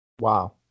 Wow